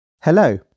Hello